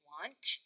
want